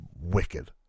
wicked